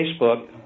Facebook